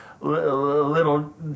little